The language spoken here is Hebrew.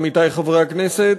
עמיתי חברי הכנסת,